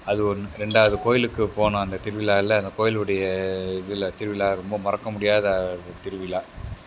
அது ஒன்று ரெண்டாவது கோவிலுக்குப் போன அந்த திருவிழாவில் அந்த கோவிலுடைய இதில் திருவிழா ரொம்ப மறக்க முடியாத அது திருவிழா